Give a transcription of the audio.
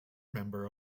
member